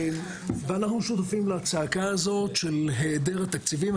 ואנחנו שותפים לצעקה הזאת של היעדר התקציבים.